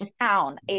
town